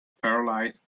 paralysed